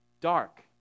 dark